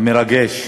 המרגש.